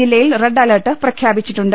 ജില്ലയിൽ red alert പ്രഖ്യാപിച്ചിട്ടുണ്ട്